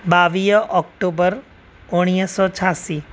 ॿावीह ऑक्टोबर उणिवीह सौ छहासी